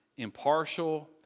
impartial